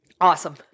Awesome